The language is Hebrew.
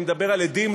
אני מדבר על עדים,